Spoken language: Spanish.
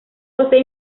posee